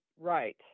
right